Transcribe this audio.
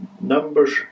numbers